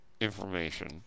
information